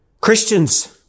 Christians